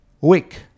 week